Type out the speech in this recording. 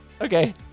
Okay